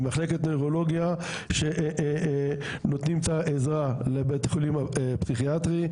עם מחלקת נוירולוגיה שנותנים את העזרה לבית החולים הפסיכיאטרי.